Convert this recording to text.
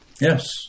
Yes